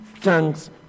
thanks